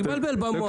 מבלבל במוח.